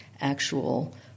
actual